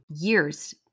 years